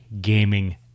gaming